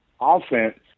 offense